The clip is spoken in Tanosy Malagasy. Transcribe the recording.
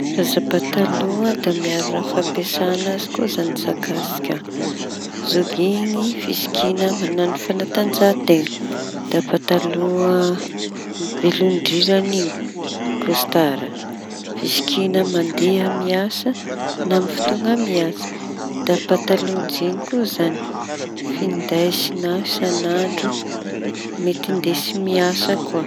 Karazana pataloa da miaro raha fampiasa azy koa zañy zakatsika. Joginy fisikiña mañano fañatanjahan-teña, da pataloa velondrirany kostara fisikiñana mandea miasa na amin'ny fotoaña mihaja. Da pataloha jiñy koa zañy findesy isan'andro mety ndesy miasa koa.